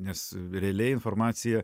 nes realiai informacija